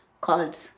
called